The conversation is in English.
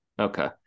Okay